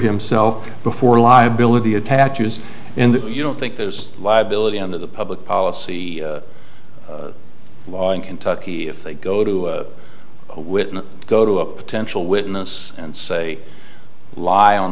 himself before liability attaches and you don't think there's liability under the public policy in kentucky if they go to a witness go to a potential witness and say lie on